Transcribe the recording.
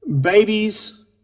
babies